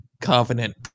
Covenant